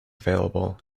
available